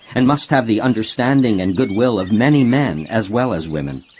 and must have the understanding and good will of many men as well as women.